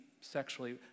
sexually